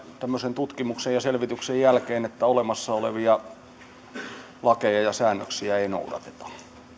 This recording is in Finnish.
tämmöisen tutkimuksen ja selvityksen jälkeen tilanteessa että olemassa olevia lakeja ja säännöksiä ei noudateta